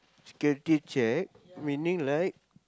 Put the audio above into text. security check meaning like